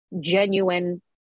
genuine